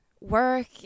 work